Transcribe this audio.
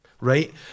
Right